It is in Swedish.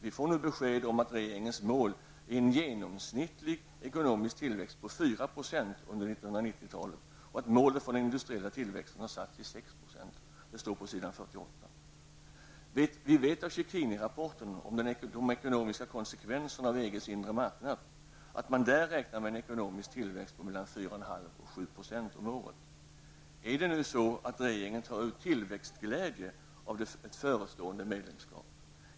Vi får nu besked om att regeringens mål är en genomsnittlig ekonomisk tillväxt på 4 % under 1990-talet och att målet för den industriella tillväxten har satts till 6%. Det står på s. 48. Vi vet av Checcinirapporten om de ekonomiska konsekvenserna av EGs inre marknad att man där räknar med en ekonomisk tillväxt på mellan 4,5 och Är det nu så att regeringen tar ut tillväxtglädje av ett förestående medlemskap?